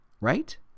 Right